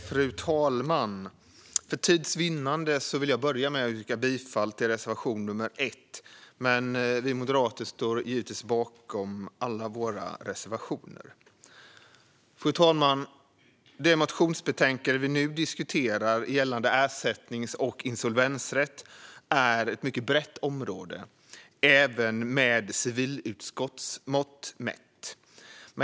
Fru talman! För tids vinnande yrkar jag bifall endast till reservation nr 1, men vi moderater står givetvis bakom alla våra reservationer. Fru talman! Det motionsbetänkande vi nu diskuterar gällande ersättnings och insolvensrätt täcker ett mycket brett område, även med civilutskottsmått mätt.